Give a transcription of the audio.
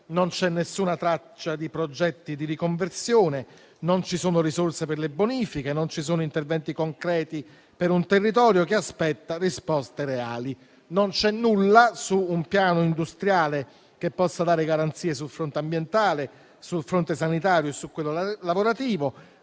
Non c'è alcuna traccia di progetti di riconversione e non ci sono risorse per le bonifiche, né interventi concreti per un territorio che aspetta risposte reali. Non c'è nulla su un piano industriale che possa dare garanzie sul fronte ambientale, né su quello sanitario e lavorativo,